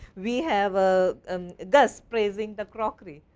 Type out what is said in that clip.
we have ah um gus praising the crockery,